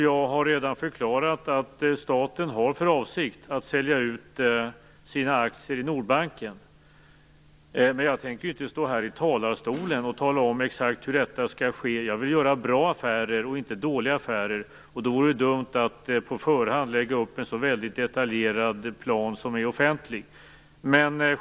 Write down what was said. Jag har redan förklarat att staten har för avsikt att sälja ut sina aktier i Nordbanken. Men jag tänker inte stå här i talarstolen och tala om exakt hur detta skall ske. Jag vill göra bra, och inte dåliga, affärer. Det vore dumt att på förhand lägga upp en så väldigt detaljerad och offentlig plan.